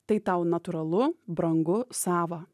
tai tau natūralu brangu sava